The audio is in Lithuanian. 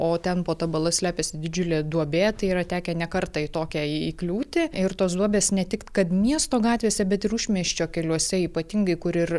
o ten po ta bala slepiasi didžiulė duobė tai yra tekę ne kartą į tokią į įkliūti ir tos duobės ne tik kad miesto gatvėse bet ir užmiesčio keliuose ypatingai kur ir